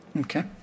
Okay